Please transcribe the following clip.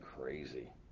crazy